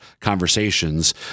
conversations